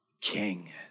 king